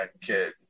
Kid